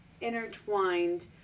intertwined